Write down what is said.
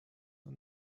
und